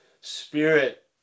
spirit